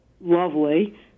lovely